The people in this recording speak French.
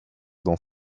dans